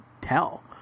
tell